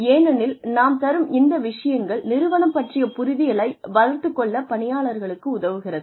ஏனெனில் நாம் தரும் இந்த விஷயங்கள் நிறுவனம் பற்றிய புரிதலை வளர்த்து கொள்ள பணியாளருக்கு உதவுகிறது